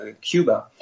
Cuba